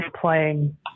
playing